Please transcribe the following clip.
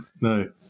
No